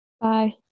bye